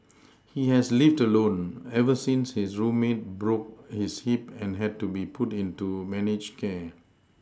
he has lived alone ever since his roommate broke his hip and had to be put into managed care